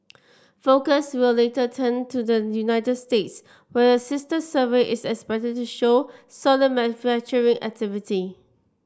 focus will later turn to the United States where a sister survey is expected to show solid manufacturing activity